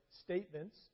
statements